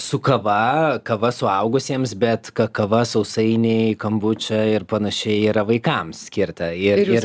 su kava kava suaugusiems bet kakava sausainiai kambuča ir panašiai yra vaikams skirta ir